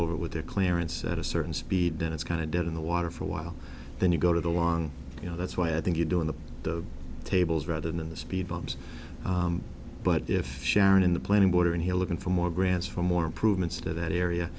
over with their clarence at a certain speed then it's going to dead in the water for a while then you go to the long you know that's why i think you do in the tables rather than the speed bumps but if sharon in the planning border and he looking for more grants for more improvements to that area